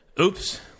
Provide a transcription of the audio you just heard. Oops